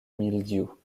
mildiou